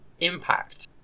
Impact